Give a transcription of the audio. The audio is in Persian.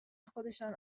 خودشان